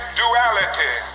duality